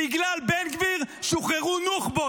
בגלל בן גביר שוחררו נוח'בות.